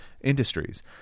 industries